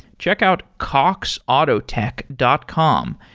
check out cox autotech dot com.